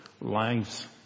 lives